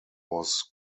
was